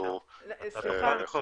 אנחנו חושבים שזה --- אתה תוכל לפרט,